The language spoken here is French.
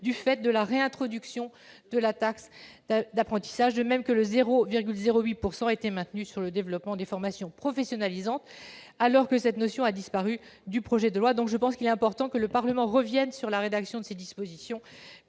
du fait de la réintroduction de la taxe d'apprentissage. De même, le taux de 0,08 % a été maintenu au titre du développement des formations professionnalisantes, alors que cette notion a disparu du projet de loi. Il me semble important que le Parlement revienne sur la rédaction de ces dispositions,